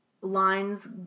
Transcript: lines